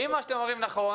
אם מה שאתם אומרים נכון,